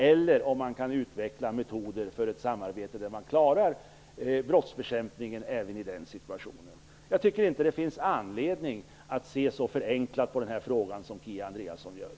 Det vore bättre att utveckla metoder för samarbete, så att man klarar brottsbekämpningen även i den situationen. Jag tycker inte att det finns anledning att se så förenklat på frågan som Kia Andreasson gör.